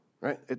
right